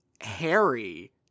Harry